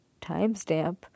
timestamp